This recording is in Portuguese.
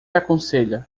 aconselha